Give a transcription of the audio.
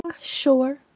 Sure